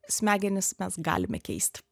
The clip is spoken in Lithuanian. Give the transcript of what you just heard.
smegenis mes galime keisti